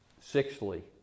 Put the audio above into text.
Sixthly